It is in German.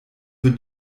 für